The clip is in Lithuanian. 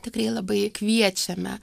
tikrai labai kviečiame